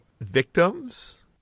victims